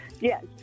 Yes